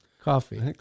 coffee